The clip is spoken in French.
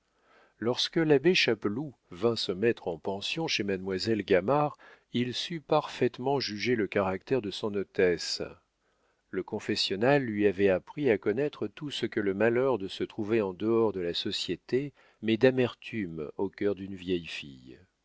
lorsque l'abbé chapeloud vint se mettre en pension chez mademoiselle gamard il sut parfaitement juger le caractère de son hôtesse le confessionnal lui avait appris à connaître tout ce que le malheur de se trouver en dehors de la société met d'amertume au cœur d'une vieille fille